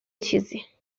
چیزی